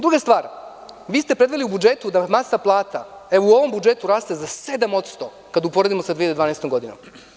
Druga stvar, predvideli ste u budžetu da masa plata u ovom budžetu raste za 7% kada uporedimo sa 2012. godinom.